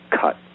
cut